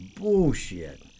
bullshit